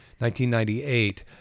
1998